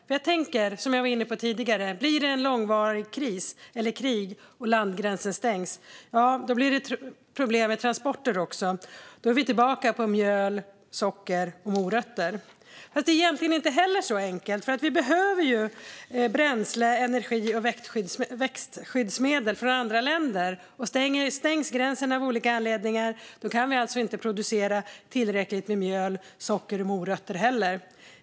Som jag också var inne på tidigare tänker jag att om det blir en långvarig kris, eller krig, och landgränsen stängs blir det problem också med transporter. Då är vi tillbaka på mjöl, socker och morötter. Fast egentligen är det inte så enkelt heller, för vi behöver bränsle, energi och växtskyddsmedel från andra länder. Om gränsen av olika anledningar stängs kan vi alltså inte ens producera tillräckligt med mjöl, socker och morötter.